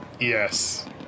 Yes